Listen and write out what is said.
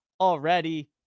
already